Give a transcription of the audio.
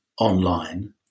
online